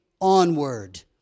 onward